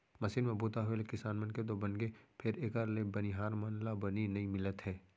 machine म बूता होय ले किसान मन के तो बनगे फेर एकर ले बनिहार मन ला बनी नइ मिलत हे